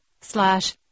slash